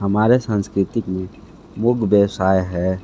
हमारे सांस्कृतिक में मुख्य व्यवसाय है